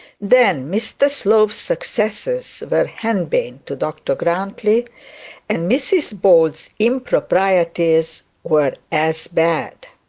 then mr slope's successes were henbane to dr grantly and mrs bold's improprieties were as bad.